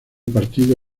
partido